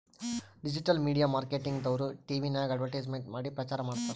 digital media marketing ದವ್ರು ಟಿವಿನಾಗ್ advertisement ಮಾಡಿ ಪ್ರಚಾರ್ ಮಾಡ್ತಾರ್